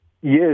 Yes